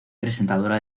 presentadora